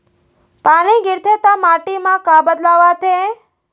पानी गिरथे ता माटी मा का बदलाव आथे?